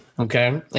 Okay